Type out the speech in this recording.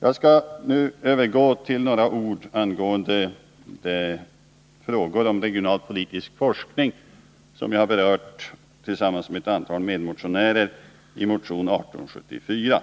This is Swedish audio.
Jag skall nu övergå till att med några ord beröra de frågor om regionalpolitisk forskning som jag tillsammans med ett antal medmotionärer har tagit upp i motion 1874.